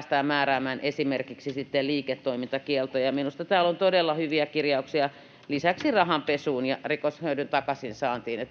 sitten määräämään esimerkiksi liiketoimintakielto. Minusta täällä on todella hyviä kirjauksia lisäksi rahanpesuun ja rikoshyödyn takaisin saantiin.